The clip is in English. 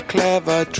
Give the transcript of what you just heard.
Clever